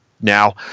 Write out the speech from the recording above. Now